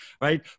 right